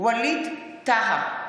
ווליד טאהא,